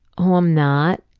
who i'm not,